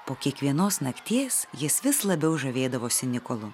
po kiekvienos nakties jis vis labiau žavėdavosi nikolu